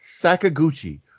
Sakaguchi